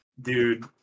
dude